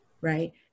right